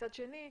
מצד שני,